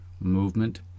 movement